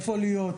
איפה להיות,